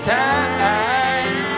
time